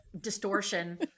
Distortion